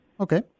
Okay